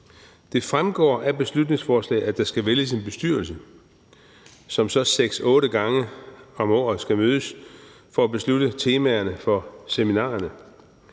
Det fremgår af beslutningsforslaget, at der skal vælges en bestyrelse, som så 6-8 gange om året skal mødes for at beslutte temaerne for seminarerne.